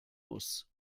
muss